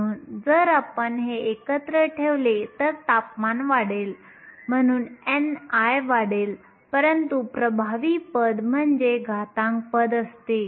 म्हणून जर आपण हे एकत्र ठेवले तर तापमान वाढेल म्हणून ni वाढेल परंतु प्रभावी पद म्हणजे घातांक पद असते